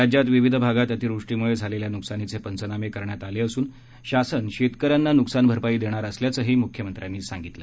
राज्यात विविध भागात अतिवृष्टीमुळे झालेल्या नुकसानीचे पंचनामे करण्यात आले असून शासन शेतकऱ्यांना नुकसानभरपाई देणार असल्याचेही मुख्यमंत्र्यांनी स्पष्ट केले